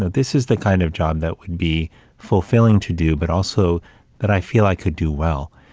this is the kind of job that would be fulfilling to do, but also that i feel i could do well.